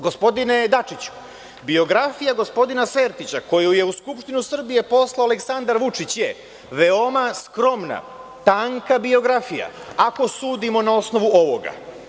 Gospodine Dačiću, biografija gospodina Sertića, koju je u Skupštinu Srbije poslao Aleksandar Vučić, je veoma skromna, tanka biografija, ako sudimo na osnovu ovoga.